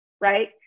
right